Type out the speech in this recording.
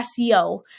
SEO